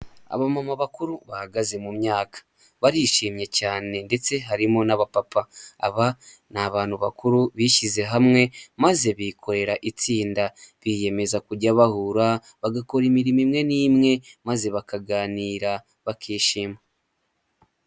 Abamama bakuru bahagaze mu myaka barishimye cyane ndetse harimo n'aba papa. Aba ni abantu bakuru bishyize hamwe maze bikorera itsinda biyemeza kujya bahura bagakora imirimo imwe n'imwe maze bakaganira bakishima.